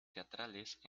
teatrales